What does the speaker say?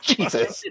Jesus